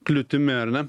kliūtimi ar ne